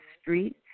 Street